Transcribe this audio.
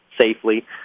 safely